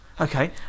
okay